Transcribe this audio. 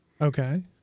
Okay